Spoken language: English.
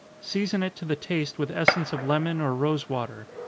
season it to the taste with essence of lemon or rosewater.